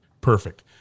Perfect